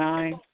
Nine